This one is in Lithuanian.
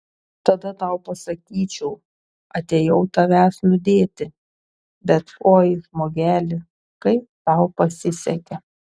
tada tau pasakyčiau atėjau tavęs nudėti bet oi žmogeli kaip tau pasisekė